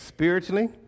spiritually